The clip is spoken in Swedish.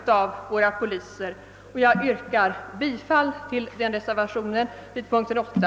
Jag ber att få yrka bifall till reservation vid punkten 8.